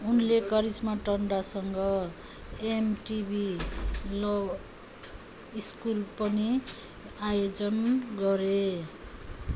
उनले करिश्मा तन्डासँग MTV love school पनि आयोजन गरे